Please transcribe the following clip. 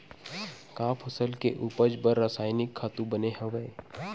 का फसल के उपज बर रासायनिक खातु बने हवय?